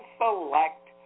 select